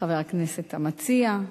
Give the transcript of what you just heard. חבר הכנסת המציע,